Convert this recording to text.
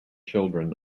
children